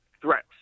threats